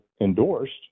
endorsed